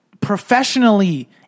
professionally